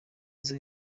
nzu